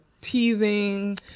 teething